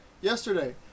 Yesterday